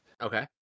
Okay